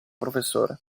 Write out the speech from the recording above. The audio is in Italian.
professore